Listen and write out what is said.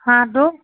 হাঁহটো